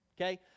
Okay